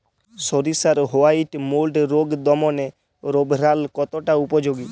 সরিষার white mould রোগ দমনে রোভরাল কতটা উপযোগী?